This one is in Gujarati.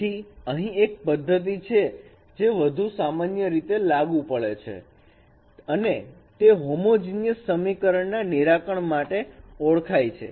તેથીઅહીં એક પદ્ધતિ છે જે વધુ સામાન્ય રીતે લાગુ પડે છે અને તે હોમોજીનીયસ સમીકરણ ના નિરાકરણ માટે ઓળખાય છે